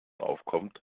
aufkommt